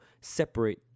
separate